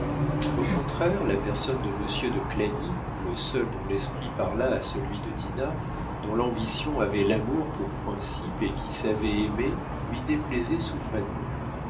au contraire la personne de monsieur de clagny le seul dont l'esprit parlât à celui de dinah dont l'ambition avait l'amour pour principe et qui savait aimer lui déplaisait souverainement